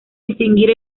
distinguir